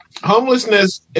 Homelessness